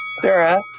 Sarah